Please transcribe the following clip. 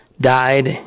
died